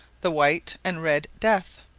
the white and red death.